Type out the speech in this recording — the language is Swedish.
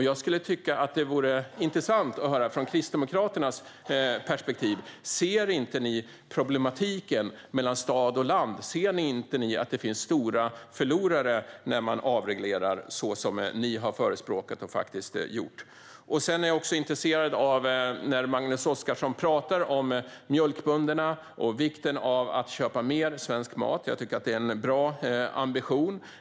Jag tycker att det vore intressant att höra om Kristdemokraternas perspektiv. Ser inte ni problematiken mellan stad och land? Ser ni inte att det finns stora förlorare när man avreglerar så som ni har förespråkat och faktiskt gjort? Sedan är jag också intresserad av det som Magnus Oscarsson säger om mjölkbönderna och vikten av att köpa mer svensk mat. Jag tycker att det är en bra ambition.